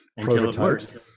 Prototypes